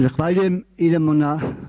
Zahvaljujem, idemo na.